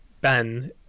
Ben